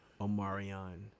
Omarion